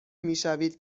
میشوید